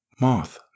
Moth